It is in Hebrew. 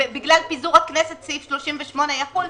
פיזור הכנסת סעיף 38 יחול,